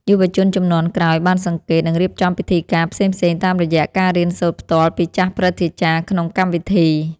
យុវជនជំនាន់ក្រោយបានសង្កេត និងរៀបចំពិធីការផ្សេងៗតាមរយៈការរៀនសូត្រផ្ទាល់ពីចាស់ព្រឹទ្ធាចារ្យក្នុងកម្មវិធី។